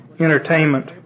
entertainment